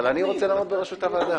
אבל אני רוצה לעמוד בראשות הוועדה.